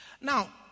Now